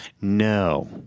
No